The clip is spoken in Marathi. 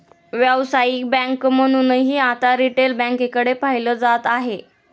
व्यावसायिक बँक म्हणूनही आता रिटेल बँकेकडे पाहिलं जात आहे